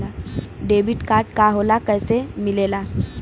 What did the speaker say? Debit card का होला कैसे मिलेला?